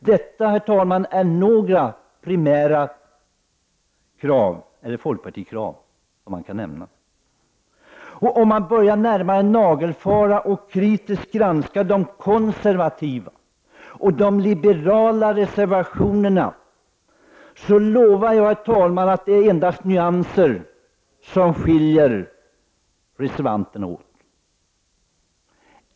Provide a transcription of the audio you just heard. Detta, herr talman, är några primära folkpartikrav som kan nämnas. Om man närmare börjar nagelfara och kritiskt granska de konservativa och liberala reservationerna finner man att det endast är nyanser som skiljer reservanterna åt.